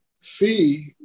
fee